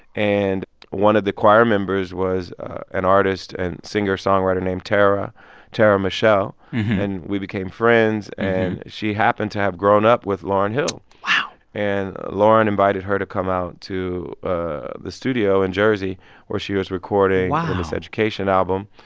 and one of the choir members was an artist and singer-songwriter named tara tara michel and we became friends. and she happened to have grown up with lauryn hill wow and lauryn invited her to come out to ah the studio in jersey where she was recording. wow. the miseducation album.